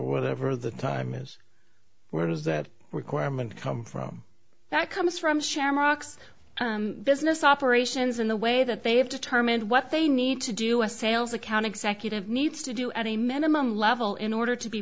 whatever the time is where is that requirement come from that comes from shamrocks business operations in the way that they have determined what they need to do a sales account executive needs to do at a minimum level in order to be